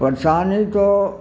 परशानी तो